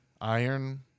Iron